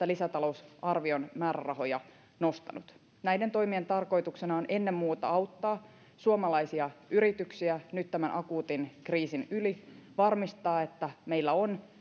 lisätalousarvion määrärahoja nostanut näiden toimien tarkoituksena on ennen muuta auttaa suomalaisia yrityksiä nyt tämän akuutin kriisin yli varmistaa että meillä on